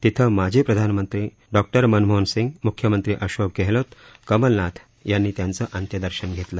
तिथं माजी प्रधानमंत्री मनमोहन सिंग मुख्यमंत्री अशोक गहलोत कमलनाथ यांनी त्यांचं अंत्यदर्शन घेतलं